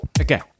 okay